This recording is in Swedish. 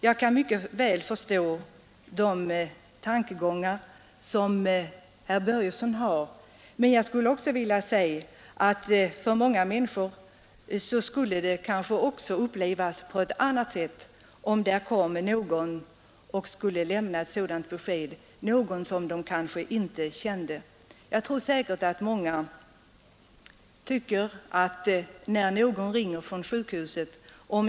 Jag kan mycket väl förstå de tankegångar som herr Börjesson i Falköping har, men många människor skulle kanske uppleva det som en chock, om någon som de kanske inte känner kommer för att lämna ett sådant besked.